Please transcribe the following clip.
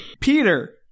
Peter